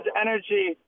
energy